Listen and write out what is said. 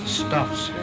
stuffs